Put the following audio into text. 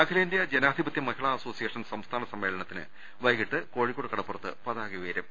അഖിലേന്ത്യാ ജനാധിപത്യ മഹിളാ അസോസിയേഷൻ സംസ്ഥാന സമ്മേളനത്തിന് വൈകീട്ട് കോഴിക്കോട് കടപ്പുറത്ത് പതാക ഉയരും